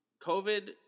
covid